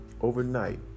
overnight